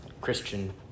Christian